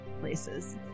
places